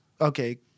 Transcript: okay